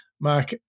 Mark